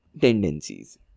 tendencies